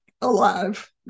alive